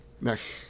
Next